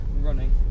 Running